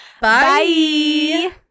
Bye